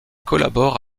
collabore